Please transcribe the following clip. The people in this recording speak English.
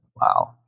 wow